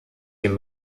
den